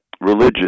religious